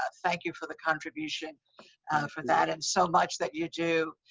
ah thank you for the contribution for that and so much that you do.